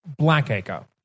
Blackacre